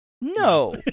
No